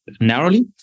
narrowly